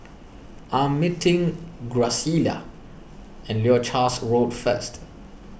I am meeting Graciela at Leuchars Road first